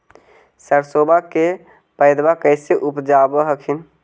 सरसोबा के पायदबा कैसे उपजाब हखिन?